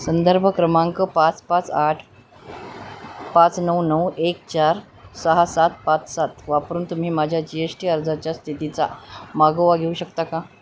संदर्भ क्रमांक पाच पाच आठ पाच नऊ नऊ एक चार सहा सात पाच सात वापरून तुम्ही माझ्या जी एस टी अर्जाच्या स्थितीचा मागोवा घेऊ शकता का